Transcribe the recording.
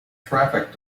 traffic